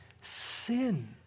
sin